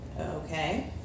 Okay